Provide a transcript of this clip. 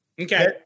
Okay